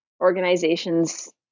organizations